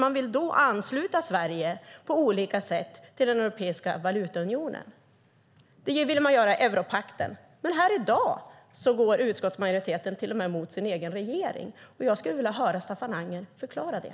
Man vill på olika sätt ansluta Sverige till den europeiska valutaunionen. Det vill man göra i europakten. Här i dag går utskottsmajoriteten emot sin egen regering. Jag skulle vilja höra Staffan Anger förklara det.